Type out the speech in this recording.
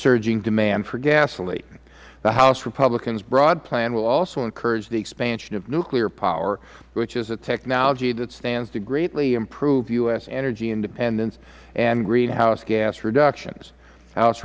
surging demand for gasoline the house republicans broad plan will also encourage the expansion of nuclear power which is a technology that stands to greatly improve u s energy independence and greenhouse gas reductions house